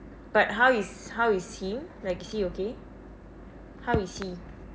but how is how is he like is he okay how is he